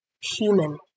human